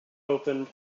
opened